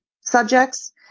subjects